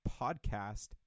podcast